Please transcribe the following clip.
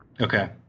Okay